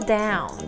down